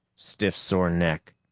stiff sore neck.